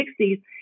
1960s